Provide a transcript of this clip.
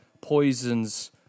poisons